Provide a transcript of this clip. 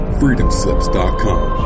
freedomslips.com